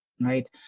right